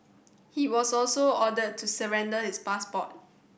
he was also ordered to surrender his passport